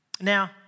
Now